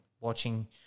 watching